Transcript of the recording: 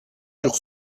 sur